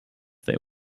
they